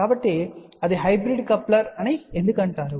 కాబట్టి అది hybrid coupler ఎందుకు అని అంటారు